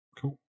cool